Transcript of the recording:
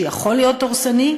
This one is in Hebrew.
שיכול להיות דורסני,